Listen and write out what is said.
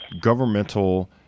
governmental